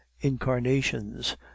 incarnations